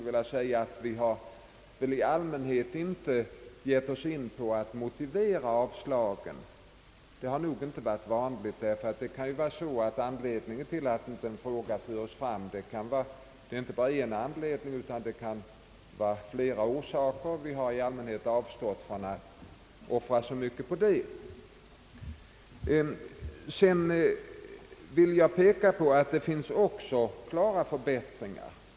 Vi har i allmänhet inte motiverat avslagen. Att en fråga inte förs fram kan bero på en eller flera omständigheter, och vi har i allmänhet avstått från att offra utrymme på sådant. Jag vill påpeka att det också finns klara förbättringar.